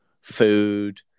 food